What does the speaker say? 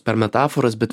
per metaforas bet